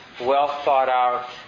well-thought-out